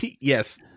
Yes